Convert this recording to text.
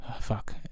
fuck